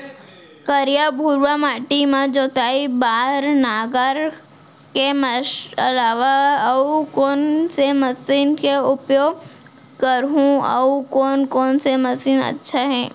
करिया, भुरवा माटी म जोताई बार नांगर के अलावा अऊ कोन से मशीन के उपयोग करहुं अऊ कोन कोन से मशीन अच्छा है?